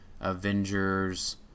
Avengers